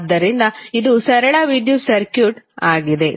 ಆದ್ದರಿಂದ ಇದು ಸರಳ ವಿದ್ಯುತ್ ಸರ್ಕ್ಯೂಟ್ ಆಗಿದೆ